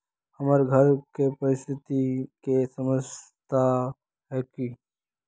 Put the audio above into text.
हमर घर के परिस्थिति के समझता है की?